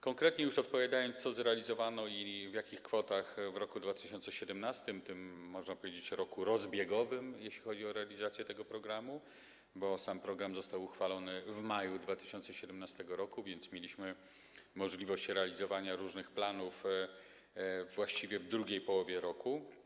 Konkretnie już odpowiem, co zrealizowano i w jakich kwotach w roku 2017, można powiedzieć, w tym roku rozbiegowym, jeśli chodzi o realizację tego programu, bo sam program został uchwalony w maju 2017 r., więc mieliśmy możliwość realizowania różnych planów właściwie w drugiej połowie roku.